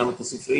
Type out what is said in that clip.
גם את הספריות,